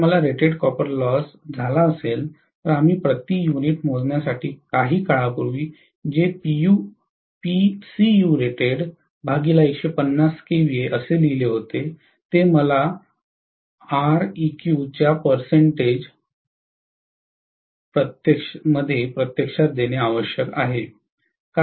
जर मला rated copper loss झाला असेल तर आम्ही प्रति युनिट मोजण्यासाठी काही काळापूर्वी जे लिहिले होते ते मला प्रत्यक्षात देणे आवश्यक आहे